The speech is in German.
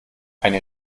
eine